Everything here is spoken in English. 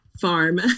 farm